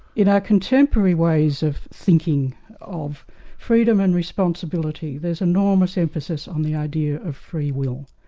in our contemporary ways of thinking of freedom and responsibility, there's enormous emphasis on the idea of free will,